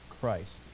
Christ